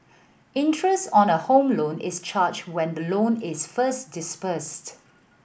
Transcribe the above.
interest on a Home Loan is charged when the loan is first disbursed